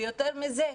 ויותר מזה,